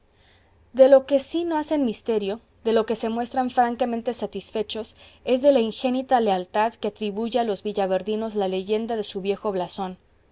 de lo que sí no hacen misterio de lo que se muestran francamente satisfechos es de la ingénita lealtad que atribuye a los villaverdinos la leyenda de su viejo blasón